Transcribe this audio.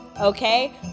okay